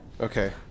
Okay